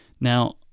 now